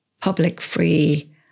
public-free